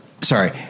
Sorry